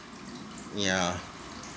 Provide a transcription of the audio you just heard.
yeah